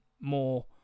more